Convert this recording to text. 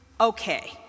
okay